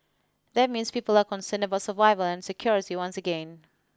that means people are concerned about survival and security once again